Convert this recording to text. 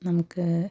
നമുക്ക്